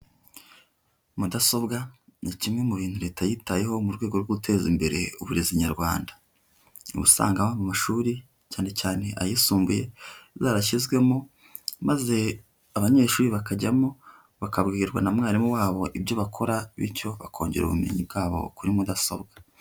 Mudasobwa ni kimwe mu bintu leta yitayeho, mu rwego rwo guteza imbere uburezi nyarwanda. Uba usanga mu mashuri, cyane cyane ayisumbuye zarashyizwemo, maze abanyeshuri bakajyamo, bakabwirwa na mwarimu wabo ibyo bakora, bityo bakongera ubumenyi bwabo kuri mudasobwa.